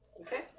Okay